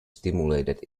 stimulated